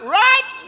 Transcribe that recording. right